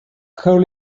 call